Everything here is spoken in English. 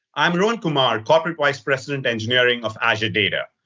i'm rohan kumar, corporate vice president engineering of azure data.